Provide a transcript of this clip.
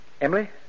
Emily